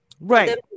right